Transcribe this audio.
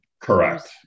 Correct